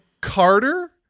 carter